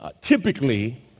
typically